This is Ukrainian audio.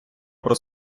про